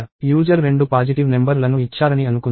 user రెండు positive number లను ఇచ్చారని అనుకుందాం